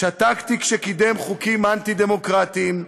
שתקתי כשקידם חוקים אנטי-דמוקרטיים,